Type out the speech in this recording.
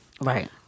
Right